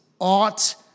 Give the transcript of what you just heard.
ought